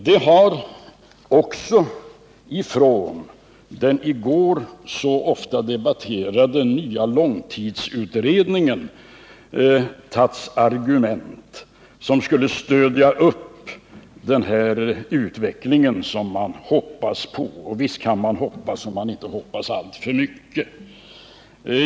Det har också från den i går så livligt debatterade nya långtidsutredningen hämtats argument som skulle stötta upp den utveckling som man hoppas på. Och visst kan man hoppas, om man inte hoppas alltför mycket.